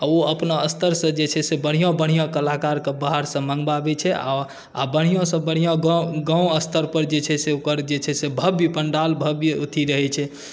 आ ओ अपना स्तरसँ जे छै से बढ़िआँ बढ़िआँ कलाकारके बाहरसँ मँगबाबै छै आ बढ़िआँसँ बढ़िआँ गाम स्तर पर जे छै से ओकर जे छै से भव्य पण्डाल भव्य अथी रहै छै